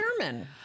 German